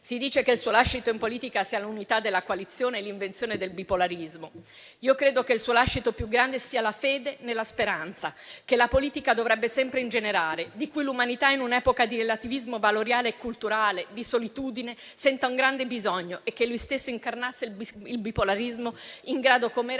Si dice che il suo lascito in politica sia l'unità della coalizione e l'invenzione del bipolarismo. Io credo che il suo lascito più grande sia la fede nella speranza, che la politica dovrebbe sempre ingenerare e di cui l'umanità, in un'epoca di relativismo valoriale e culturale, di solitudine, sente un grande bisogno. E credo che lui stesso incarnasse il bipolarismo in grado com'era